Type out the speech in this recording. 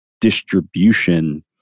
distribution